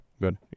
good